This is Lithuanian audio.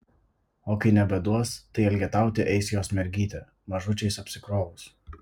o kai nebeduos tai elgetauti eis jos mergytė mažučiais apsikrovus